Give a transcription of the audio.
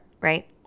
right